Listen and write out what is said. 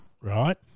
Right